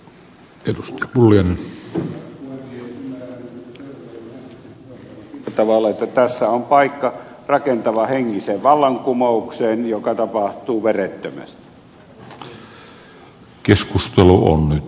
seurujärven lakialoitteen sillä tavalla että tässä on paikka rakentavahenkiseen vallankumoukseen joka tapahtuu verettömästi